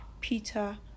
peter